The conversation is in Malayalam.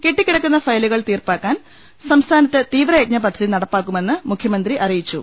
കെട്ടിക്കിടക്കുന്ന ഫയലുകൾ തീർപ്പാക്കാൻ സംസ്ഥാനത്ത് തീവ്രയജ്ഞ പദ്ധതി നടപ്പാക്കുമെന്ന് മുഖ്യമന്ത്രി അറിയിച്ചു